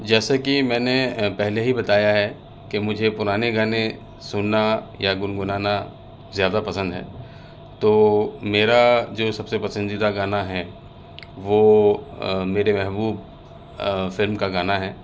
جیسے کہ میں نے پہلے ہی بتایا ہے کہ مجھے پرانے گانے سننا یا گنگنانا زیادہ پسند ہیں تو میرا جو سب سے پسندیدہ گانا ہے وہ میرے محبوب فلم کا گانا ہے